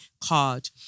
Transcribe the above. card